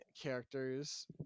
characters